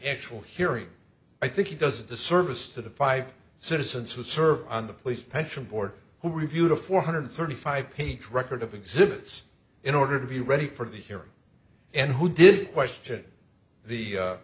actual hearing i think it does a disservice to the five citizens who serve on the police pension board who reviewed a four hundred thirty five page record of exhibits in order to be ready for the hearing and who did question the a